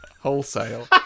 Wholesale